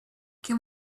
can